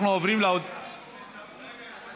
אדוני היושב-ראש,